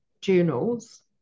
journals